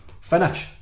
finish